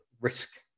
risk